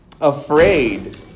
afraid